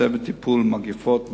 צוות טיפול מגפות,